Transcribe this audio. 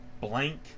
blank